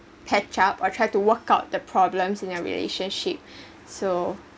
catch up or try to work out the problems in their relationship so